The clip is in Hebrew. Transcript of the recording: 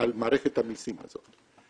מערכת המסים הזאת.